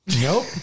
Nope